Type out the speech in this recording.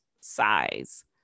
size